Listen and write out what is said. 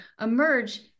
emerge